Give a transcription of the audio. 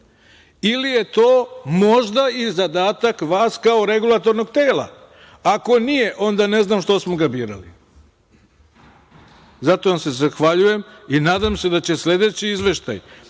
Ili je to možda i zadatak vas kao regulatornog tela? Ako nije, onda ne znam što smo ga birali. Zato vam se zahvaljujem i nadam se da će sledeći izveštaj